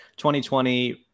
2020